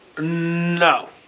No